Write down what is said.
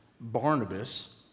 Barnabas